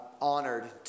honored